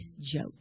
joke